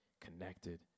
connected